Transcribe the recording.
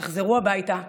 תחזרו הביתה,